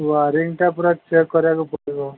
ୱାୟାରିଂଟା ପୁରା ଚେକ୍ କରିବାକୁ ପଡ଼ିବ